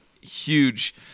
huge